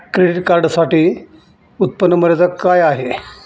Credit कार्डसाठी उत्त्पन्न मर्यादा काय आहे?